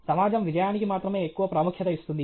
సమాజం విజయానికి మాత్రమే ఎక్కువ ప్రాముఖ్యత ఇస్తుంది